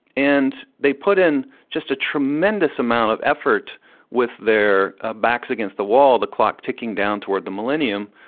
and they put in just a tremendous amount of effort with their ah backs against the wall, the clock ticking down toward the millennium.